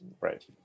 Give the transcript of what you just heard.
right